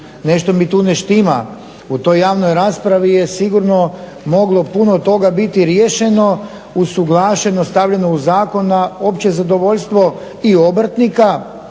Nešto mi tu ne štima. U toj javnoj raspravi je sigurno moglo puno toga biti riješeno, usuglašeno, stavljeno u zakon na opće zadovoljstvo i obrtnika,